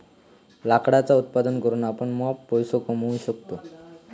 लाकडाचा उत्पादन करून आपण मॉप पैसो कमावू शकतव